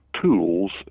tools